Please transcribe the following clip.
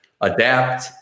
adapt